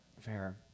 fair